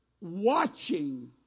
watching